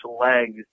legs